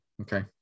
Okay